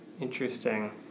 Interesting